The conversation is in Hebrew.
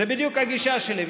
זו בדיוק הגישה שלי.